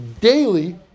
daily